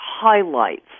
highlights